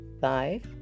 five